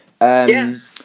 Yes